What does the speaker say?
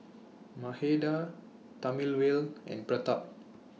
Mahade Thamizhavel and Pratap